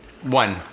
One